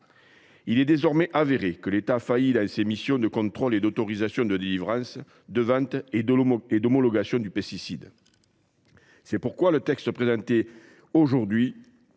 Il est désormais avéré que l’État a failli dans ses missions de contrôle, d’autorisation de délivrance, de vente et d’homologation du pesticide. C’est pourquoi le texte présenté aujourd’hui,